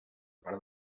part